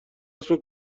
اسم